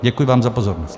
Děkuji vám za pozornost.